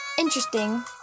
interesting